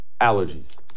allergies